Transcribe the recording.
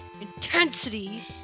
Intensity